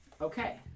Okay